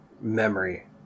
memory